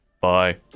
Bye